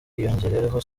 hiyongereyeho